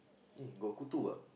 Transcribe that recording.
eh got kutu ah